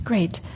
Great